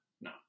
no